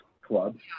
club